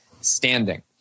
standing